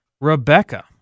Rebecca